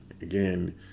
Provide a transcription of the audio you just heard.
again